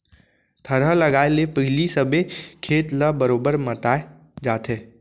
थरहा लगाए ले पहिली सबे खेत ल बरोबर मताए जाथे